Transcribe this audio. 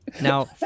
now